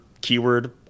Keyword